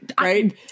right